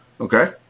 Okay